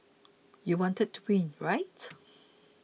you wanted to win rights